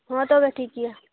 ᱦᱮᱸ ᱛᱚᱵᱮ ᱴᱷᱤᱠ ᱜᱮᱭᱟ